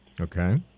Okay